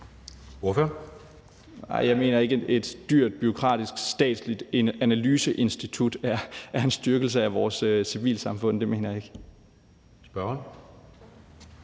(DF): Nej, jeg mener ikke, at et dyrt, bureaukratisk statsligt analyseinstitut er en styrkelse af vores civilsamfund – det mener jeg ikke. Kl.